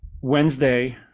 Wednesday